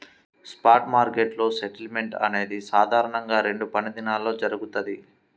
spot మార్కెట్లో settlement అనేది సాధారణంగా రెండు పనిదినాల్లో జరుగుతది,